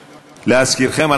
להזכירכם,